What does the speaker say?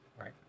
right